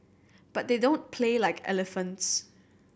but they don't play like elephants